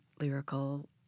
lyrical